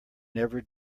never